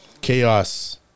Chaos